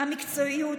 המקצועיות,